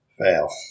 Fail